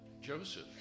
Joseph